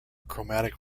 chromatic